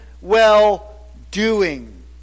well-doing